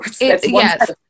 yes